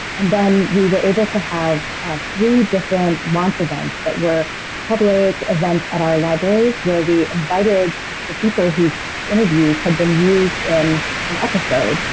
and then we were able to have three different launch events that were public events at our libraries where we invited the people whose interviews had been used in an episode,